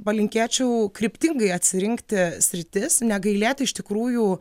palinkėčiau kryptingai atsirinkti sritis negailėti iš tikrųjų